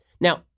Now